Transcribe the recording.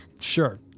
sure